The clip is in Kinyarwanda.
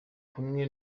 kumwe